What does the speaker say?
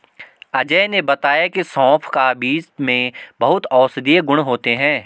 अजय ने बताया की सौंफ का बीज में बहुत औषधीय गुण होते हैं